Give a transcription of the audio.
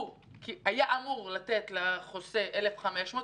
הוא היה אמור לתת לחוסה 1,500 שקל,